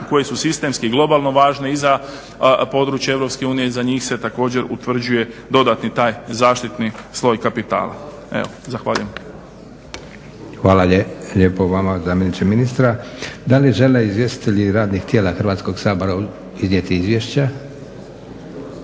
koje su sistemski i globalno važne i za područje EU i za njih se također utvrđuje dodatni taj zaštitni sloj kapitala. Evo zahvaljujem. **Leko, Josip (SDP)** Hvala lijepo vama zamjeniče ministra. Da li žele izvjestitelji radnih tijela Hrvatskog sabora iznijeti izvješća?